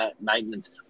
maintenance